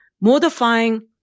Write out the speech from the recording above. modifying